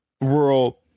rural